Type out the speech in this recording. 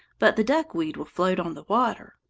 but the duckweed will float on the water.